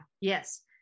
yes